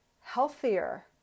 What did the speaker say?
healthier